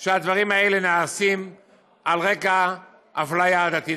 שהדברים האלה נעשים על רקע אפליה עדתית.